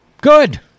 Good